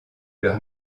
leur